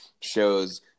shows